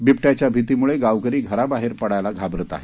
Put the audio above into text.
बिबट्याच्या भीतीमुळे गावकरी घराबाहेर पडायला घाबरत आहेत